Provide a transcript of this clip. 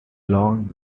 long